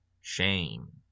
Shame